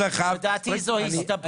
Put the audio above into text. לאיזה כיוון להשוות?